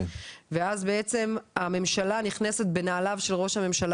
ואז בעצם הממשלה נכנסת בנעליו של ראש הממשלה